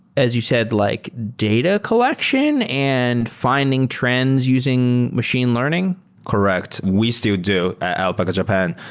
as you said, like data collection and fi nding trends using machine learning correct. we still do alpaca japan.